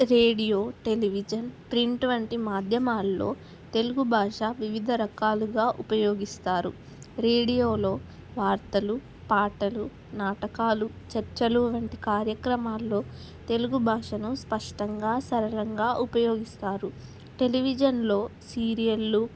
radio television print వంటి మాధ్యమాల్లో తెలుగు భాష వివిధ రకాలుగా ఉపయోగిస్తారు రేడియోలో వార్తలు పాటలు నాటకాలు చర్చలు వంటి కార్యక్రమాల్లో తెలుగు భాషను స్పష్టంగా సరళంగా ఉపయోగిస్తారు టెలివిజన్లో సీరియళ్ళు